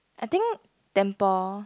I think temper